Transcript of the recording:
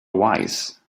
wise